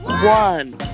One